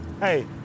hey